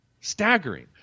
staggering